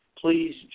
please